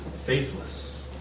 faithless